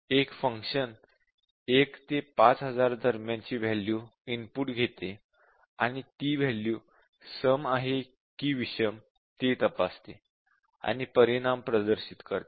एक फंक्शन 1 ते 5000 दरम्यानची वॅल्यू इनपुट घेते आणि ती वॅल्यू सम आहे कि विषम हे ते तपासते आणि परिणाम प्रदर्शित करते